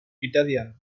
italian